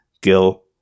Gil